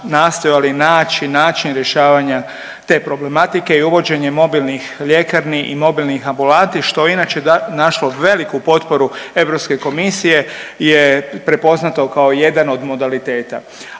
način rješavanja te problematike i uvođenjem mobilnih ljekarni i mobilnih ambulanti što je inače našlo veliku potporu Europske komisije je prepoznato kao jedan od modaliteta.